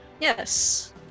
Yes